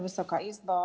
Wysoka Izbo!